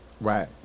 Right